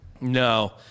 No